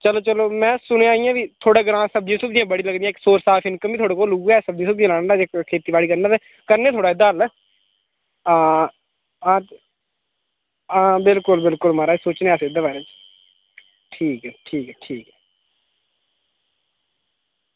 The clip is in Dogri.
चलो चलो मैं सुनेआ इयां बी थुआढ़े ग्रांऽ सब्जियां सुब्जियां बड़ी लगदियां इक सोर्स आफ इनकम बी थुआढ़े कोल उ'यै सब्जी सुब्जी लाने दा ते खेती बाड़ी करने दा करने थोह्ड़ा एह्दा हल हां हां ते हां बिलकुल बिलकुल महाराज अस सोचने आं एह्दे बारे च ठीक ऐ ठीक ऐ ठीक ऐ